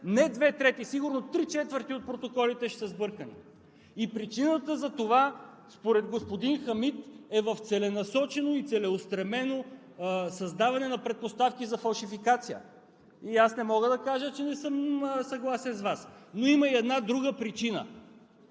не две трети, сигурно три четвърти от протоколите ще са сбъркани! Причината за това, според господин Хамид, е в целенасочено и целеустремено създаване на предпоставки за фалшификация. Аз не мога да кажа, че не съм съгласен с Вас, но има и една друга причина